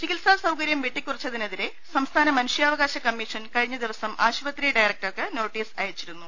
ചികിത്സാ സൌകര്യം വെട്ടിക്കുറിച്ചതിനെതിരെ സംസ്ഥാന മനു ഷ്യാവകാശ കമ്മീഷൻ കഴിഞ്ഞ ദിവസം ആശുപത്രി ഡയറ ക്ടർക്ക് നോട്ടീസ് അയച്ചിരുന്നു